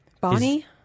Bonnie